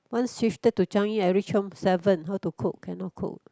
once shifted to Changi I reach home seven how to cook cannot cook